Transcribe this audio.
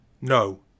No